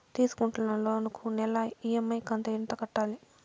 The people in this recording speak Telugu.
తీసుకుంటున్న లోను కు నెల ఇ.ఎం.ఐ కంతు ఎంత కట్టాలి?